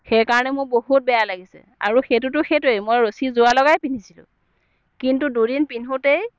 সেইকাৰণে মোৰ বহুত বেয়া লাগিছে আৰু সেইটোতো সেইটোৱেই মই ৰছী জোৰা লগাই পিন্ধিছিলোঁ কিন্তু দুদিন পিন্ধোঁতেই